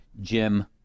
Jim